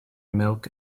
milk